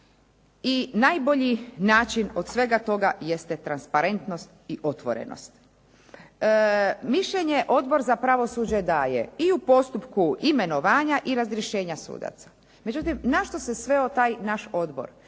I najbolji način od svega toga jest transparentnost i otvorenost. Mišljenje Odbor za pravosuđe daje i u postupku imenovanja i razrješenja sudaca. Međutim, na što se sveo taj naš odbor.